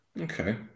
Okay